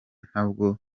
ntabwo